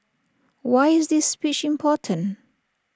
why is this speech important